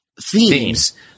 themes